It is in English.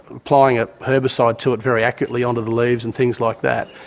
applying a herbicide to it very accurately onto the leaves and things like that.